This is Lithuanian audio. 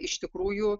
iš tikrųjų